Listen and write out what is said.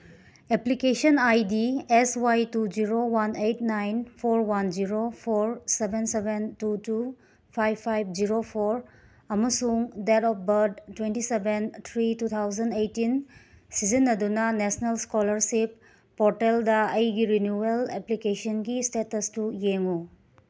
application I D S Y two zero one eight nine four one zero four seven seven two two five five zero four ꯑꯃꯁꯨꯡ date of birth twenty seven three two thousand eighteen ꯁꯤꯖꯤꯟꯅꯗꯨꯅ national scholarship ꯄꯣꯔꯇꯦꯜꯗ ꯑꯩꯒꯤ renewal ꯑꯦꯄ꯭ꯂꯤꯀꯦꯁꯟꯒꯤ ꯏꯁꯇꯦꯇꯁꯇꯨ ꯌꯦꯡꯉꯨ